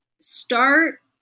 start